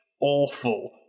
awful